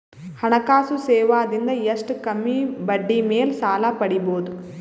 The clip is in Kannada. ಹಣಕಾಸು ಸೇವಾ ದಿಂದ ಎಷ್ಟ ಕಮ್ಮಿಬಡ್ಡಿ ಮೇಲ್ ಸಾಲ ಪಡಿಬೋದ?